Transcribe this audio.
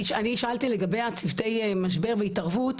אני שאלתי לגבי צוותי משבר והתערבות,